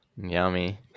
Yummy